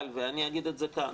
אבל, ואני אגיד את זה כך,